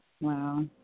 Wow